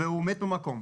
הוא מת במקום,